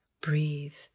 Breathe